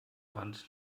wand